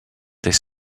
des